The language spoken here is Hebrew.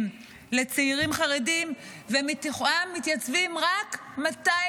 לצעירים חרדים ומתוכם מתייצבים רק 240?